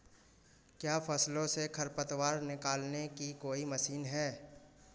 क्या फसलों से खरपतवार निकालने की कोई मशीन है?